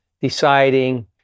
deciding